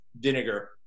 vinegar